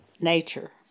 nature